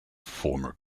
former